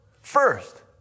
First